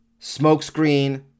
smokescreen